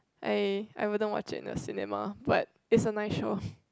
I I wouldn't watch it in the cinema but is a nice show